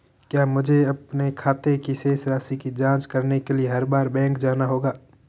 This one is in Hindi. क्या मुझे अपने खाते की शेष राशि की जांच करने के लिए हर बार बैंक जाना होगा?